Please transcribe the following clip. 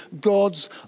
God's